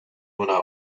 una